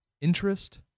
Interest